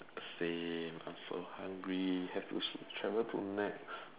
same I'm so hungry have to travel to Nex